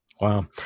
Wow